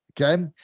okay